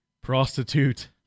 prostitute